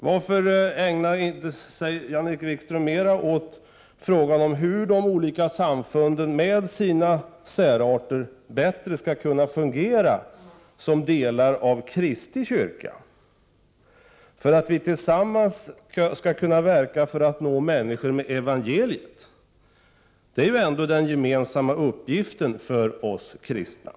Varför ägnar sig inte Jan-Erik Wikström mera åt frågan om hur de olika samfunden med sina särarter bättre skall kunna fungera som delar av Kristi kyrka för att vi tillsammans skall kunna nå människor med evangeliet? Det är ändå den gemensamma uppgiften för oss kristna.